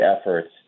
efforts